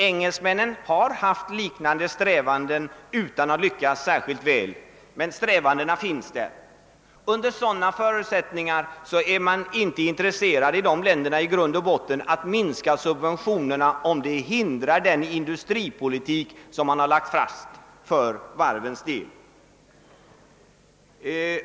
Engelsmännen har haft liknande strävanden men inte lyckats särskilt väl. Strävandena finns dock kvar där. Under sådana förutsättningar är man i de länderna i grund och botten inte intresserad av att minska subventionerna, vilket skulle hindra den industripolitik man dragit upp för varvens del.